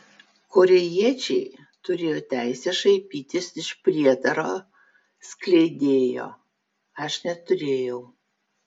korėjiečiai turėjo teisę šaipytis iš prietaro skleidėjo aš neturėjau